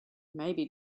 maybe